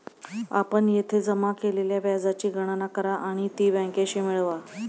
आपण येथे जमा केलेल्या व्याजाची गणना करा आणि ती बँकेशी मिळवा